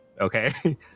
Okay